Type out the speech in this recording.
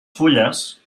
fulles